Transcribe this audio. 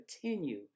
continue